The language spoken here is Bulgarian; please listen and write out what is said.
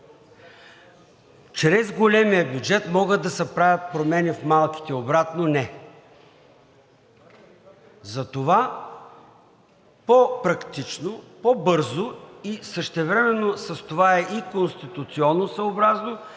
Чрез големия бюджет могат да се правят промени в малките, обратно – не. Затова по-практично, по-бързо и същевременно с това е и конституционосъобразно